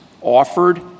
offered